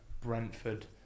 Brentford